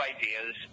ideas